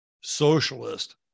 socialist